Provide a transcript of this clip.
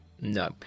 No